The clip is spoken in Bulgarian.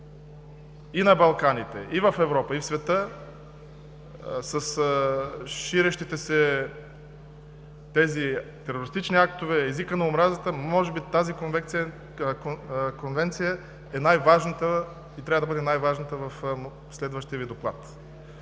и на Балканите, и в Европа, и в света със ширещите се терористични актове, езикът на омразата, може би тази конвенция е най-важната и трябва да бъде най-важната в следващия Ви доклад.